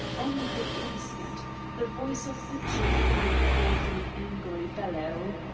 on the instant the voice of the jew rang forth in an angry bellow.